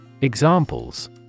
Examples